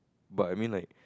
but I mean like